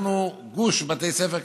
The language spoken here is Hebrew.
אנחנו גוש של בתי ספר כנסייתיים,